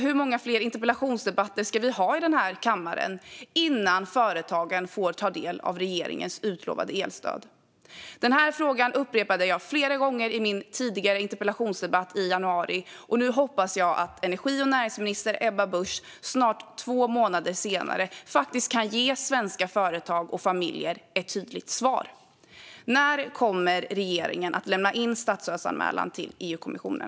Hur många fler interpellationsdebatter ska vi ha i den här kammaren innan företagen får ta del av regeringens utlovade elstöd? Följande fråga upprepade jag flera gånger i min interpellationsdebatt i januari, och nu - snart två månader senare - hoppas jag att energi och näringsminister Ebba Busch faktiskt kan ge svenska företag och familjer ett tydligt svar: När kommer regeringen att lämna in statsstödsanmälan till EU-kommissionen?